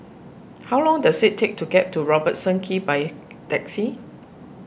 how long does it take to get to Robertson Quay by taxi